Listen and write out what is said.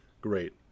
great